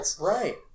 Right